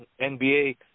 NBA